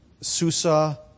Susa